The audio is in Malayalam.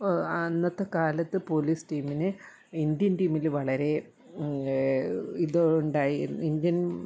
അന്നത്തെ കാലത്ത് പോലീസ് ടീമിന് ഇന്ത്യൻ ടീമിൽ വളരെ ഇതുണ്ടായി ഇന്ത്യൻ